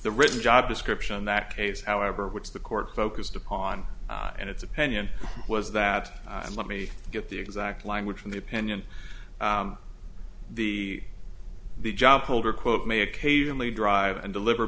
the written job description in that case however which the court focused upon and its opinion was that and let me get the exact language from the opinion the the job holder quote may occasionally drive and deliver